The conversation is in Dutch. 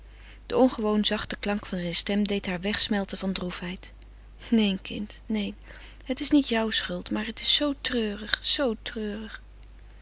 de ongewoon zachte klank zijner stem deed haar wegsmelten van droefheid neen kind neen het is niet jouw schuld maar het is zoo treurig zoo treurig